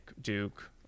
Duke